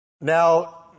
Now